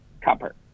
copper